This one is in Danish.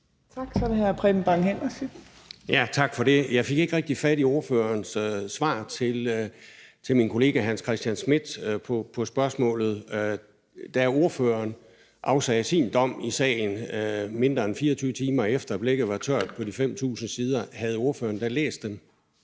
Bang Henriksen (V): Tak for det. Jeg fik ikke rigtig fat i ordførerens svar til min kollega Hans Christian Schmidt på spørgsmålet: Da ordføreren afsagde sin dom i sagen, mindre end 24 timer efter blækket på de 5.000 sider var tørt, havde ordføreren da læst den?